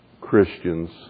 Christians